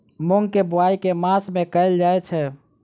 मूँग केँ बोवाई केँ मास मे कैल जाएँ छैय?